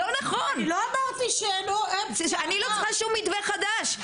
כך שלא צריך שום מתווה חדש,